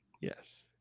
Yes